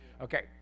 Okay